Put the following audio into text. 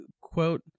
quote